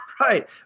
Right